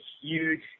huge